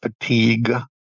fatigue